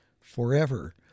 forever